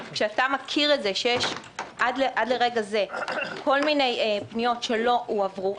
אתה מכיר שיש עד לרגע זה כל מיני פניות שלא הועברו.